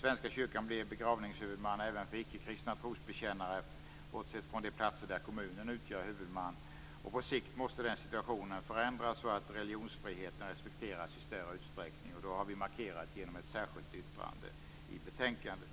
Svenska kyrkan blir begravningshuvudman även för ickekristna trosbekännare, bortsett från de platser där kommunen utgör huvudman. På sikt måste den situationen förändras så att religionsfriheten respekteras i större utsträckning. Det har vi markerat genom ett särskilt yttrande i betänkandet.